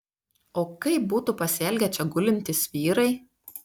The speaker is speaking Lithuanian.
o kaip būtų pasielgę čia gulintys vyrai